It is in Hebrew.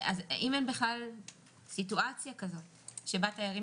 אז אם אין בכלל סיטואציה כזאת שבה תיירים